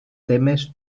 temes